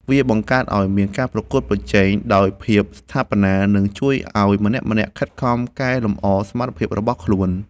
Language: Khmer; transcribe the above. វាបង្កើតឱ្យមានការប្រកួតប្រជែងប្រកបដោយភាពស្ថាបនា ដែលជួយឱ្យម្នាក់ៗខិតខំកែលម្អសមត្ថភាពរបស់ខ្លួន។